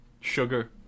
sugar